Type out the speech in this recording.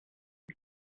you